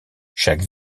chaque